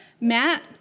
Matt